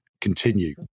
continue